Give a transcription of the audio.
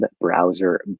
browser